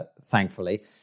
thankfully